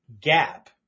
gap